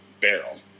barrel